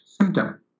symptom